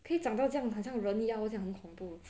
可以长到好像人妖这样很恐怖:ke yi changdao hao xiang ren yao zhe yang hen kong bu